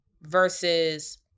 versus